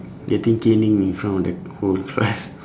getting caning in front of the whole class